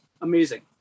Amazing